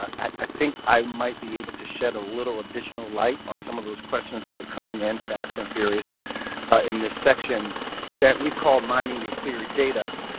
i think i might be able to shed a little additional light on some of those questions that are coming in fast and furious in this section that we call mining your clery data.